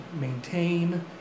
maintain